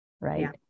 Right